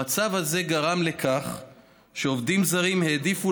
המצב הזה גרם לכך שעובדים זרים העדיפו